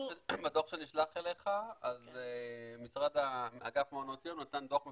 בדוח שנשלח אליך אגף מעונות יום נתן דוח מפורט,